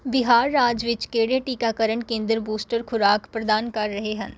ਬਿਹਾਰ ਰਾਜ ਵਿੱਚ ਕਿਹੜੇ ਟੀਕਾਕਰਨ ਕੇਂਦਰ ਬੂਸਟਰ ਖੁਰਾਕ ਪ੍ਰਦਾਨ ਕਰ ਰਹੇ ਹਨ